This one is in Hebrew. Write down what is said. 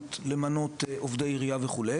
בסמכות למנות עובדי עירייה וכו'.